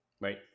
Right